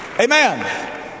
Amen